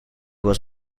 was